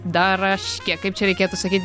daraškė kaip čia reikėtų sakyt